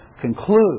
conclude